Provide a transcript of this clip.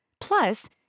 Plus